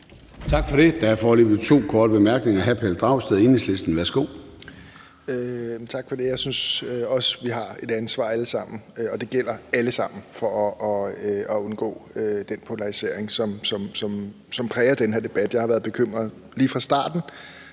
Tak for det. Der er foreløbig to korte bemærkninger. Først er det hr. Pelle Dragsted, Enhedslisten. Værsgo. Kl. 21:03 Pelle Dragsted (EL): Tak for det. Jeg synes også, vi har et ansvar alle sammen – og det gælder os alle sammen – for at undgå den polarisering, som præger den her debat. Jeg har været bekymret lige fra starten,